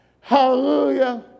Hallelujah